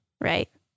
Right